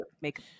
make